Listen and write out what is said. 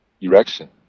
erection